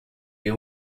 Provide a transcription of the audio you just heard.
you